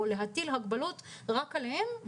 או להטיל הגבלות רק עליהן.